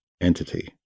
entity